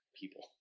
people